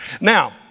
Now